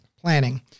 planning